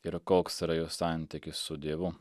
ir koks yra jo santykis su dievu